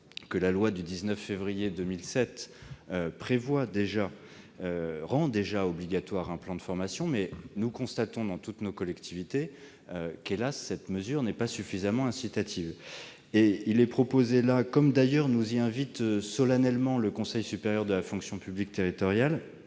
que la loi du 19 février 2007 rend déjà obligatoire un plan de formation. Seulement, nous constatons tous dans toutes nos collectivités que cette mesure n'est, hélas, pas suffisamment incitative. Nous proposons donc, comme d'ailleurs nous y invite solennellement le Conseil supérieur de la fonction publique territoriale,